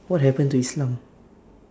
what happen to islam